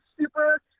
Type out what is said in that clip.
super